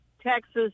Texas